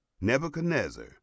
Nebuchadnezzar